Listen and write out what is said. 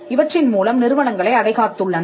இவற்றின் மூலம் நிறுவனங்களை அடைகாத்துள்ளன